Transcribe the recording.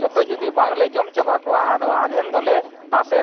ᱡᱚᱛᱚ ᱡᱩᱫᱤ ᱵᱟᱝᱞᱮ ᱡᱚᱢ ᱪᱟᱵᱟ ᱠᱚᱣᱟ ᱟᱫᱚ ᱟᱫᱷᱮᱱ ᱫᱚᱞᱮ ᱛᱟᱥᱮ